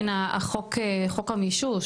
חוק המישוש,